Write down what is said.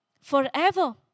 Forever